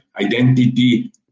identity